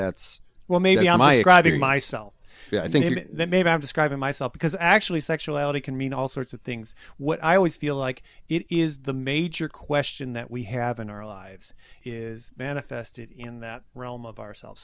that's well maybe i might try being myself i think maybe i'm describing myself because actually sexuality can mean all sorts of things what i always feel like it is the major question that we have in our lives is manifested in that realm of ourselves